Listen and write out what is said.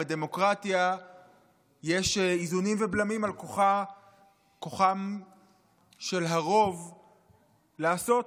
בדמוקרטיה יש איזונים ובלמים על כוחו של הרוב לעשות,